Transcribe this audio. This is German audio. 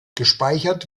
gespeichert